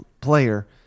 player